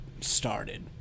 started